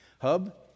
Hub